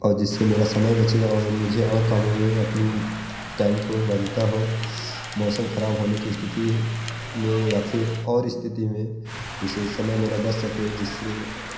और जिससे मेरा समय बचे और मुझे और कामों में अपने टाइम को बनता हो मौसम ख़राब होने की स्थिति में या फिर और स्थिति हो जिससे समय मेरा बच सके जिससे